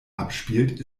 abspielt